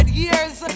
years